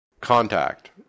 Contact